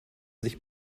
sich